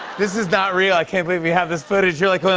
this is not real. i can't believe we have this footage. you're like, going